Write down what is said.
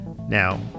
Now